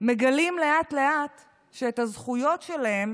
מגלים לאט-לאט שאת הזכויות שלהם